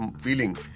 feeling